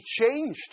changed